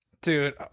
Dude